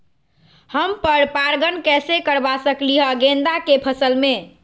हम पर पारगन कैसे करवा सकली ह गेंदा के फसल में?